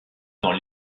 dans